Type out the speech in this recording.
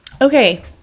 Okay